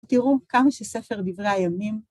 תראו כמה שספר דברי הימים